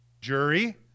Jury